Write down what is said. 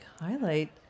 highlight